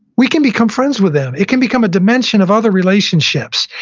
we can become friends with them. it can become a dimension of other relationships,